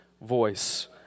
voice